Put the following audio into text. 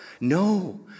No